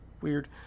Weird